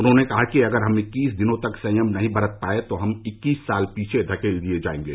उन्होंने कहा कि अगर हम इक्कीस दिन तक संयम नहीं बरत पाए तो हम इक्कीस साल पीछे धकेल दिए जाएंगे